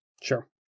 Sure